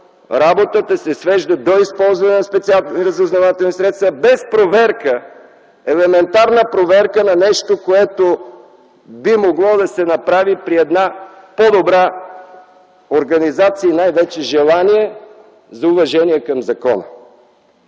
работата се свежда до използване на специалните разузнавателни средства без проверка, елементарна проверка на нещо, което би могло да се направи при една по-добра организация и най-вече желание за уважение към закона.